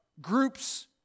groups